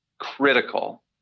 critical